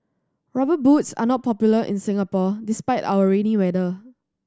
Rubber Boots are not popular in Singapore despite our rainy weather